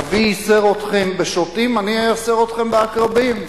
אבי ייסר אתכם בשוטים, אני אייסר אתכם בעקרבים.